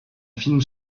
film